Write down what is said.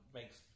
makes